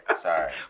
Sorry